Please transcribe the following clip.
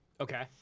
Okay